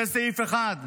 זה סעיף אחד.